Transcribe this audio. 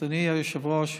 אדוני היושב-ראש,